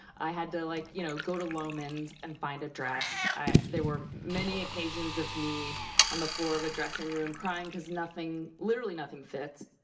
i had to like, you know, go to loman's and find a dress. there were many occasions of me on the floor of a dressing room crying because nothing, literally nothing fits.